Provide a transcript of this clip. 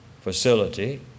facility